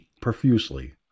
profusely